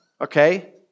okay